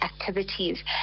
activities